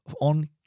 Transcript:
on